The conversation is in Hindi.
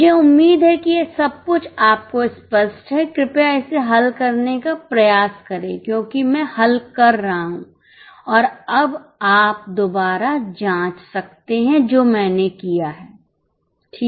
मुझे उम्मीद है कि सब कुछ आपको स्पष्ट है कृपया इसे हल करने का प्रयास करें क्योंकि मैं हल कर रहा हूं और अब आप दोबारा जांच सकते हैं जो मैंने किया है ठीक है